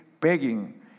begging